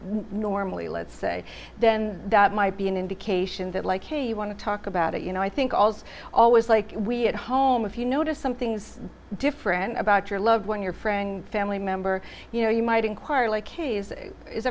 normally let's say then that might be an indication that like hey you want to talk about it you know i think also always like we at home if you notice something's different about your loved one your friend family member you know you might inquire like is